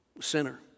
Sinner